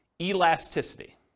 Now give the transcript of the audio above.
Elasticity